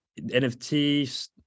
nfts